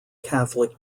catholic